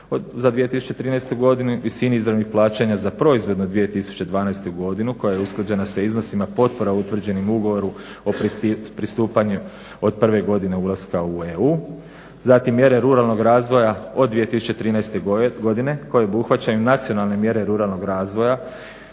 za 2013. godinu., u visini izravnih plaćanja za proizvodnu 2012. godinu koja je usklađena sa iznosima potpora utvrđenim u ugovoru o pristupanju od prve godine ulaska u EU. Zatim mjere ruralnog razvoja od 2013. godine koje obuhvaćaju nacionalne mjere ruralnog razvoja